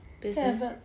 business